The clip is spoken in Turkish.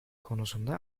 konusunda